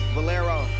Valero